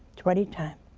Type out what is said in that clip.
twenty times